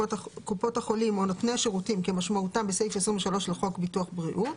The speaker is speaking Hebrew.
קופות החולים או נותני שירותים כמשמעותם בסעיף 23 לחוק ביטוח בריאות,